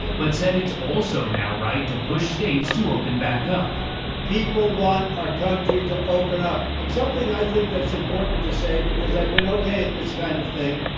but said it's also now right to push states to open back up people want our country to open up. and something i think that's important to say, because i've been ok at this kind of thing.